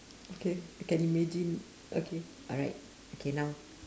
okay I can imagine okay alright okay now